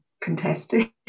contested